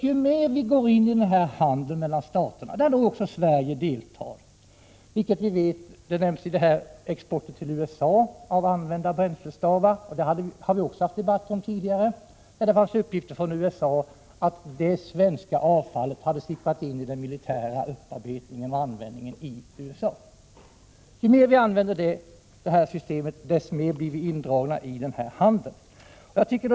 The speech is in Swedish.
Ju mer vi går in på den här handeln mellan staterna — i vilken också Sverige deltar, vilket nämns i samband med exporten av använda bränslestavar till USA, och även det har vi haft en debatt om tidigare — desto klarare framgår det att det svenska avfallet ”sipprat in” i den militära upparbetningen och användningen i USA. Ju mer vi tillämpar detta system, desto mer dras vi in i den här handeln.